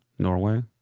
Norway